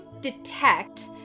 detect